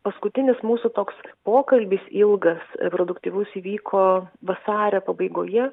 paskutinis mūsų toks pokalbis ilgas ir produktyvus įvyko vasario pabaigoje